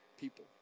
people